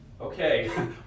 okay